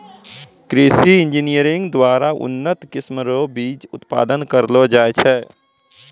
कृषि इंजीनियरिंग द्वारा उन्नत किस्म रो बीज उत्पादन करलो जाय छै